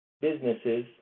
businesses